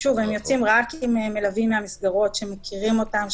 הם יוצאים רק עם מלווים מהמסגרות שהם מכירים אותם,